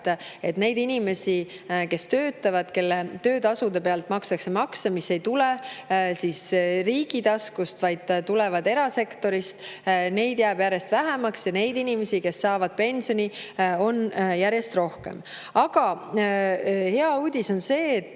et neid inimesi, kes töötavad, kelle töötasude pealt makstakse makse – see raha ei tule riigi taskust, vaid tuleb erasektorist –, neid jääb järjest vähemaks. Ja neid inimesi, kes saavad pensioni, on järjest rohkem. Hea uudis on see, et